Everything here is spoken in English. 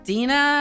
Dina